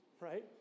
right